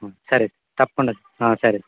సరే సార్ తప్పకుండా సరే